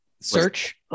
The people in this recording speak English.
Search